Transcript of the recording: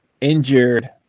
injured